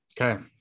okay